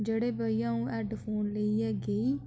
जेह्ड़े भैया आ'ऊं हैडफोन लेइयै गेई